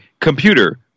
computer